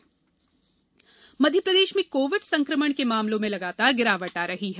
प्रदेश corona Madhya Pradesh में covid संक्रमण के मामलों में लगातार गिरावट आ रही है